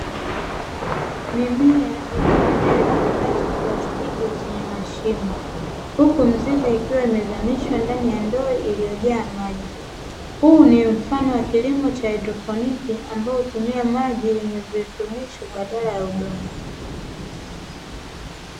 Mimea ikiwa juu ya kifaa cha plastiki chenye mashimo, huku mizizi ikiwa imezamishwa ndani ya ndoo iliyojaa maji. Huu ni mfano wa kilimo cha haidropini ambao hutumia maji yenye virutubisho baadala ya udongo.